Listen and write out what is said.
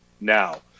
now